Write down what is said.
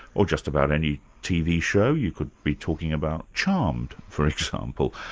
or just about any tv show. you could be talking about charmed for example.